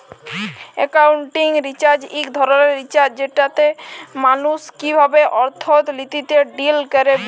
accounting research ইক ধরলের research যেটতে মালুস কিভাবে অথ্থলিতিতে ডিল ক্যরে বুঝা